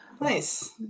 Nice